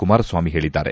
ಕುಮಾರಸ್ವಾಮಿ ಹೇಳಿದ್ದಾರೆ